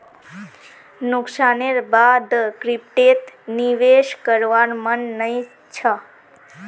नुकसानेर बा द क्रिप्टोत निवेश करवार मन नइ छ